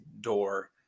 door